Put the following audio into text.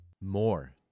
more